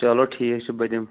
چلو ٹھیٖک چھُ بہٕ دِمہٕ